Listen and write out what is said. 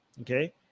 okay